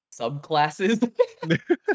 subclasses